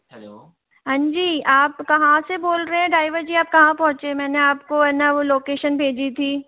हाँ जी आप कहाँ से बोल रहे हैं ड्राइवर जी आप कहाँ पहुँचे मैंने आपको है न वह लोकेशन भेजी थी